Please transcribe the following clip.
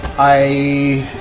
i.